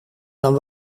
dan